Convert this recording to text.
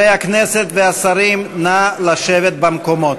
חברי הכנסת והשרים, נא לשבת במקומות.